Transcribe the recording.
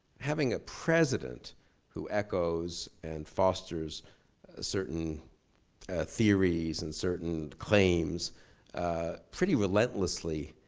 having a president who echoes and fosters certain theories and certain claims pretty relentlessly,